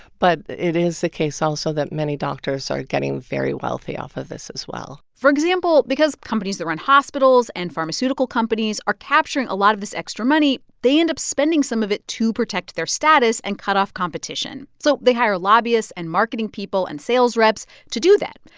but it is the case also that many doctors are getting very wealthy off of this as well for example, because companies that run hospitals and pharmaceutical companies are capturing a lot of this extra money, they end up spending some of it to protect their status and cut off competition. so they hire lobbyists and marketing people and sales reps to do that,